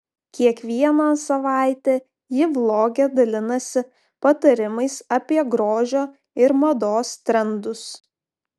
kiekvieną savaitę ji vloge dalinasi patarimais apie grožio ir mados trendus